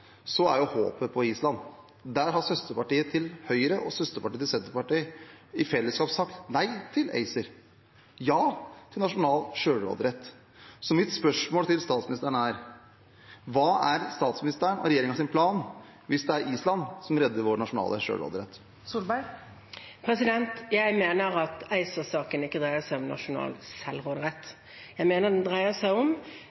er håpet på Island. Der har søsterpartiet til Høyre og søsterpartiet til Senterpartiet i fellesskap sagt nei til ACER, ja til nasjonal selvråderett. Så mitt spørsmål til statsministeren er: Hva er statsministeren og regjeringens plan hvis det er Island som redder vår nasjonale selvråderett? Jeg mener at ACER-saken ikke dreier seg om nasjonal